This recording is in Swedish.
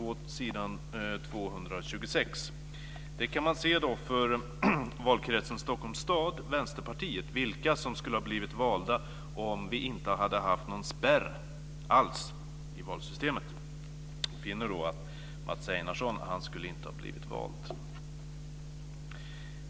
Där kan man se vilka som i valkretsen Stockholms stad, Vänsterpartiet, skulle ha blivit valda om vi inte alls hade haft någon spärr i valsystemet. Jag finner att Mats Einarsson då inte skulle ha blivit vald.